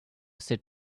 sit